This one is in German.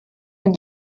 ein